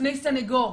בפני סניגור.